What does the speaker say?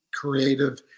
creative